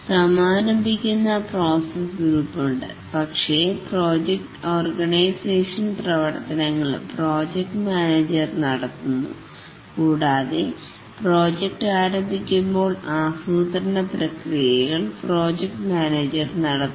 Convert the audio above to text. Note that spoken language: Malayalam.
സമാരംഭിക്കുന്ന പ്രോസസ്ഗ്രൂപ്പുണ്ട് പക്ഷേ പ്രോജക്ട് ഓർഗനൈസേഷൻ പ്രവർത്തനങ്ങൾ പ്രോജക്ട് മാനേജർ നടത്തുന്നു കൂടാതെ പ്രോജക്ട് ആരംഭിക്കുമ്പോൾ ആസൂത്രണ പ്രക്രിയകൾ പ്രോജക്ട് മാനേജർ നടത്തുന്നു